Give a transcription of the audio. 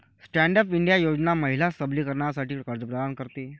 stand up India योजना महिला सबलीकरणासाठी कर्ज प्रदान करते